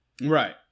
Right